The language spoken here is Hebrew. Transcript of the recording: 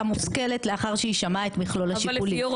מושכלת לאחר שהיא שמעה את מכלול השיקולים.